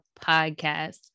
podcast